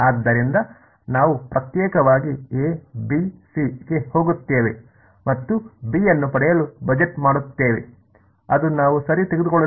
ಆದ್ದರಿಂದ ನಾವು ಪ್ರತ್ಯೇಕವಾಗಿ ಎ ಬಿ ಸಿ ಗೆ ಹೋಗುತ್ತೇವೆ ಮತ್ತು b ಅನ್ನು ಪಡೆಯಲು ಬಜೆಟ್ ಮಾಡುತ್ತೇವೆ ಅದು ನಾವು ಸರಿ ತೆಗೆದುಕೊಳ್ಳಲಿದ್ದೇವೆ